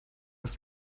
his